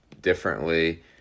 differently